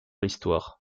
l’histoire